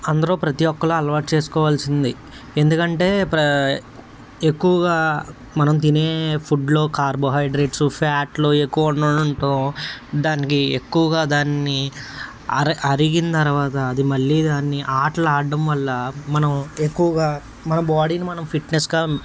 అందరూ ప్రతీ ఒక్కరు అలవాటు చేసుకోవాల్సింది ఎందుకంటే ప్ర ఎక్కువగా మనం తినే ఫుడ్లో కార్బోహైడ్రేట్స్ ఫ్యాట్లు ఎక్కువ ఉండడంతో దానికి ఎక్కువగా దాన్ని అర అరిగిన తర్వాత అది మళ్ళీ దాన్ని ఆటలు ఆడటం వల్ల మనం ఎక్కువగా మన బాడీని మనం ఫిట్నెస్గా